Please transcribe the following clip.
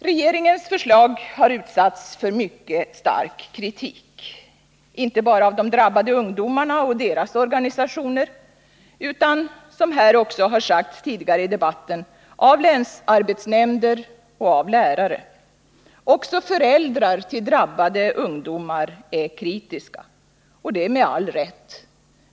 Regeringens förslag har utsatts för mycket stark kritik, inte bara av de drabbade ungdomarna och deras organisationer utan, som också har nämnts här tidigare i debatten, också av länsarbetsnämnder och av lärare. Även föräldrar till drabbade ungdomar är kritiska, och det med all rätt.